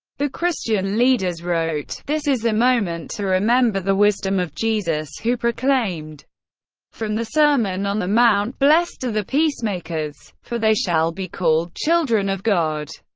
the christian leaders wrote this is a moment to remember the wisdom of jesus who proclaimed from the sermon on the mount, blessed are the peacemakers, for they shall be called children of god'.